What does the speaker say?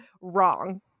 wrong